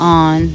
on